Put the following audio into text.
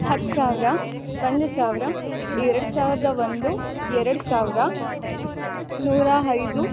ಹತ್ತು ಸಾವಿರ ಒಂದು ಸಾವಿರ ಎರಡು ಸಾವಿರದ ಒಂದು ಎರಡು ಸಾವಿರ ನೂರ ಐದು